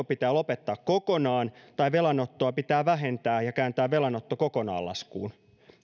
pitää lopettaa kokonaan tai velanottoa pitää vähentää ja kääntää velanotto kokonaan laskuun